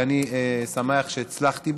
ואני שמח שהצלחתי בו.